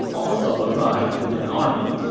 also arrived with an army.